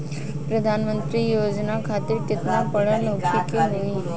प्रधानमंत्री योजना खातिर केतना पढ़ल होखे के होई?